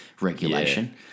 regulation